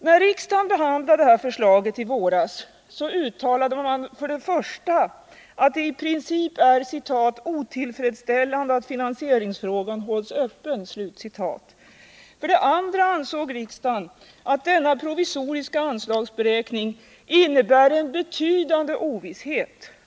När riksdagen behandlade detta förslag i våras uttalade man för det första att det i princip är ”otillfredsställande att finansieringsfrågan hålls öppen”. För det andra ansåg riksdagen att denna provisoriska anslagsberäkning ”innebär en betydande ovisshet —-—-—-.